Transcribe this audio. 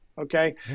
okay